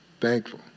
Thankful